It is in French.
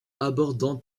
abordant